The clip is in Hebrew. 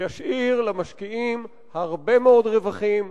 זה ישאיר למשקיעים הרבה מאוד רווחים,